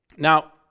Now